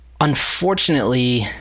unfortunately